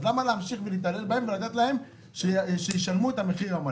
אז למה להמשיך להתעלל בהם ולתת להם שישלמו את המחיר המלא?